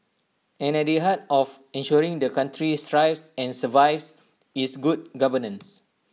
and at the heart of ensuring the country thrives and survives is good governance